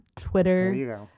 Twitter